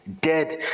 Dead